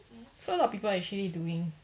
so a lot of people actually doing